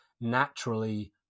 naturally